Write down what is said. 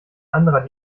anderer